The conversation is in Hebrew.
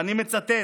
ואני מצטט: